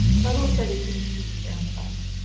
but also the communities around the bus.